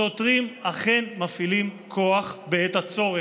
שוטרים אכן מפעילים כוח בעת הצורך.